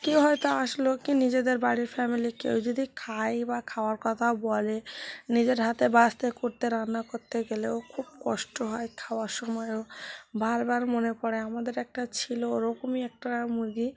কেউ হয়তো আসলো কি নিজেদের বাড়ির ফ্যামিলির কেউ যদি খায় বা খাওয়ার কথা বলে নিজের হাতে বাছতে কুটতে রান্না করতে গেলেও খুব কষ্ট হয় খাওয়ার সময়ও বারবার মনে পড়ে আমাদের একটা ছিল ওরকমই একটা মুরগি